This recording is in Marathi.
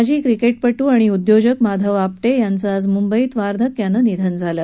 माजी क्रिकेटपट्र आणि उद्योजक माधव आपटे यांचं आज म्ंबईत वार्धक्यानं निधन झालं